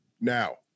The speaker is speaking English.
Now